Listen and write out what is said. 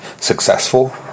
successful